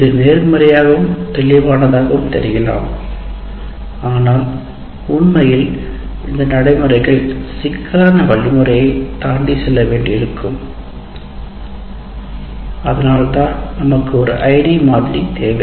இது நேர்மறையாகவும் தெளிவானதாகவும் தெரியலாம் ஆனால் உண்மையில் இந்த நடைமுறைகள் சிக்கலான வழிமுறையைத் தாண்டி சில வேண்டி இருக்கும் அதனால்தான் நமக்கு ஒரு ஐடி மாதிரி தேவை